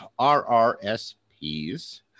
RRSPs